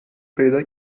پیدا